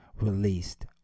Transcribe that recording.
released